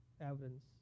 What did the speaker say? evidence